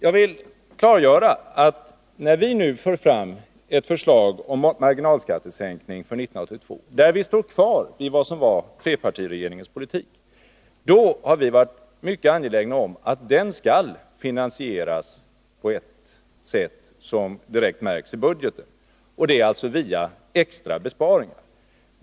Jag vill klargöra att när vi nu för fram ett förslag om marginalskattesänkning för 1982, där vi står kvar vid vad som var trepartiregeringens politik, har vi varit mycket angelägna om att den skall finansieras på ett sätt som direkt märks i budgeten, alltså via extra besparingar.